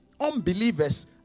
unbelievers